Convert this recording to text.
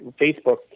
Facebook